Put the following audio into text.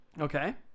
Okay